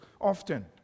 often